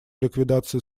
ликвидации